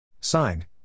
Signed